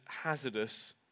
hazardous